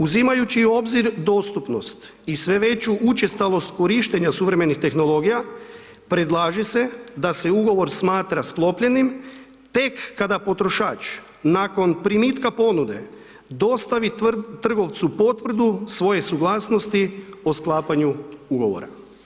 Uzimajući u obzir dostupnost i sve veću učestalost korištenja suvremenih tehnologija predlaže se da se ugovor smatra sklopljenim tek kada potrošač nakon primitka ponude dostavi trgovcu potvrdu svoje suglasnosti o sklapanju ugovora.